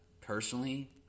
personally